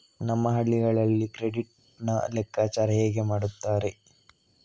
ನಮ್ಮ ಹಳ್ಳಿಗಳಲ್ಲಿ ಕ್ರೆಡಿಟ್ ನ ಲೆಕ್ಕಾಚಾರ ಹೇಗೆ ಮಾಡುತ್ತಾರೆ?